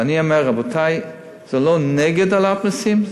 ואני אומר: רבותי, זה לא נגד אי-העלאת מסים.